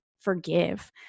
forgive